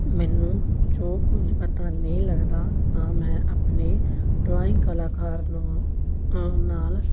ਮੈਨੂੰ ਜੋ ਕੁਝ ਪਤਾ ਨਹੀਂ ਲੱਗਦਾ ਤਾਂ ਮੈਂ ਆਪਣੇ ਡਰਾਇੰਗ ਕਲਾਕਾਰ ਨੂੰ ਨਾਲ